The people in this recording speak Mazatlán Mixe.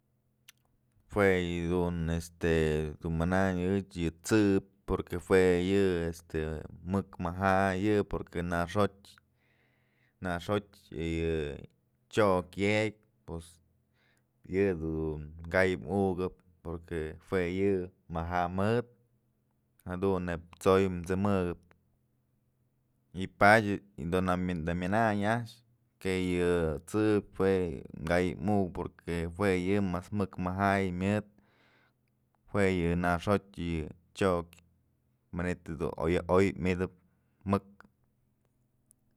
Jue yëdun manayn ëch yë t'sëbyë porque jue yë este mëk maja'a yë porque nax jotyë nax jotyë chok yëkyë pos yëdun kay ukëp porque jue yë maja'a mëd jadun neyb t'soy t'sëmëkëp ypadye da'a myënayn a'ax que yë t'sëbyë jue kay ukëp poque jue yë mas mëk maja'a yë myëdë jue yë nax jotyë yë chyok manytë dun oy mytëp mëk.